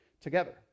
together